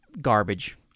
garbage